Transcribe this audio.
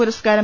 പുരസ്കാരം